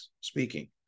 speaking